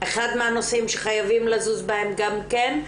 אחד מהנושאים שחייבים לזוז בהם גם כן,